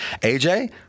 AJ